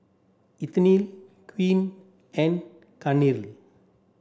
Ethyle Queen and Kathryn